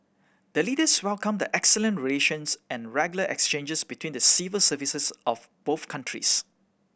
the Leaders welcomed the excellent relations and regular exchanges between the civil services of both countries